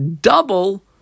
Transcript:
double